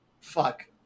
Fuck